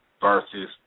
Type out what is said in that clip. versus